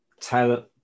tell